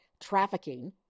trafficking